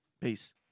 Peace